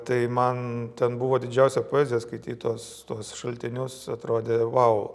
tai man ten buvo didžiausia poezija skaityt tuos tuos šaltinius atrodė vau